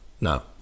no